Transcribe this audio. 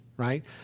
right